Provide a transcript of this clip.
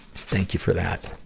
thank you for that.